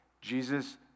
Jesus